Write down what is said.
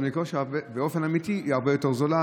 גם באופן אמיתי היא הרבה יותר זולה,